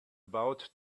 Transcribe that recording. about